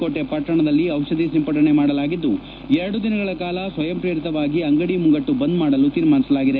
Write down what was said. ಕೋಟೆ ಪಟ್ಟಣದಲ್ಲಿ ದಿಷಧಿ ಸಿಂಪಡಣೆ ಮಾಡಲಾಗಿದ್ದು ಎರಡು ದಿನಗಳ ಕಾಲ ಸ್ವಯಂ ಶ್ರೇರಿತವಾಗಿ ಅಂಗಡಿ ಮುಂಗಟ್ಟು ಬಂದ್ ಮಾಡಲು ತೀರ್ಮಾನಿಸಲಾಗಿದೆ